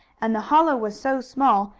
and the hollow was so small,